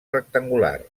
rectangular